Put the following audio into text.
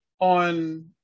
on